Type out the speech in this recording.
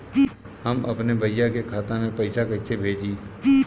हम अपने भईया के खाता में पैसा कईसे भेजी?